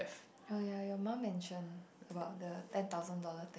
oh ya your mum mentioned about the ten thousand dollar thing